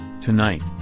Tonight